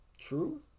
true